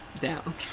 Down